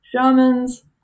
shamans